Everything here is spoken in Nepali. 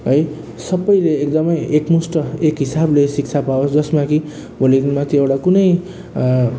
है सबैले एकदमै एकमुस्ट एक हिसाबले शिक्षा पावोस् जसमा कि भोलिको दिनमा त्यो एउटा कुनै